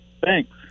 Thanks